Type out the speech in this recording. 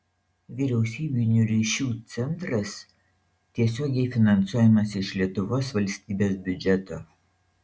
vyriausybinių ryšių centras tiesiogiai finansuojamas iš lietuvos valstybės biudžeto